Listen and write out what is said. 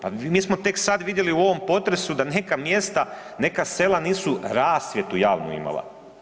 Pa mi smo tek sad vidjeli u ovom potresu da neka mjesta, neka sela nisu rasvjetu javnu imala.